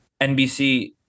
NBC